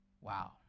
wow